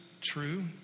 true